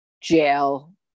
jail